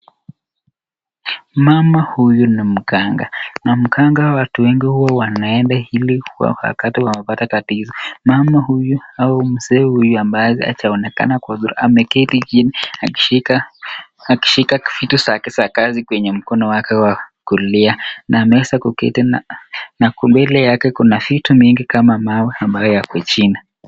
Mama huyu ni mganga, na mganga watu wengi huwa wanaenda ile wakati wamepata tatizo. Mama huyu au mzee huyu ambaye hajaonekana kwa sura ameketi chini akishika vitu zake za kazi kwenye mkono wake wa kulia na ameweza kuketi na mbele yake kuna vitu mingi kama mawe ambayo yako chini.